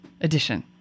edition